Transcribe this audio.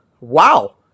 Wow